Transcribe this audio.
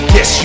Yes